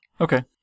Okay